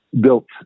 built